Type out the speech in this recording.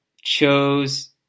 chose